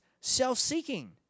self-seeking